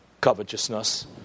covetousness